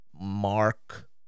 Mark